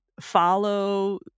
follow